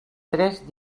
tres